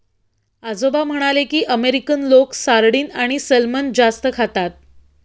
आजोबा म्हणाले की, अमेरिकन लोक सार्डिन आणि सॅल्मन जास्त खातात